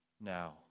now